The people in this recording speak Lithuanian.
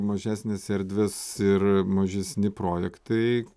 mažesnės erdvės ir mažesni projektai